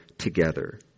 together